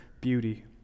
beauty